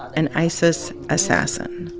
an isis assassin.